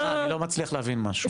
אני לא, סליחה, אני לא מצליח להבין משהו.